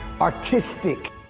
Artistic